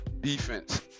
defense